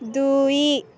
ଦୁଇ